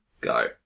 go